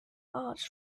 arts